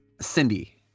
Cindy